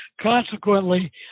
Consequently